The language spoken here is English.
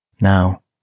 Now